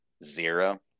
Zero